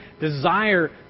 desire